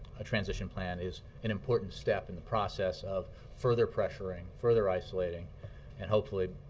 a transition plan is an important step in the process of further pressuring, further isolating and hopefully,